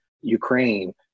Ukraine